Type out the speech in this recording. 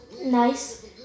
nice